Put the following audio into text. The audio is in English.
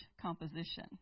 composition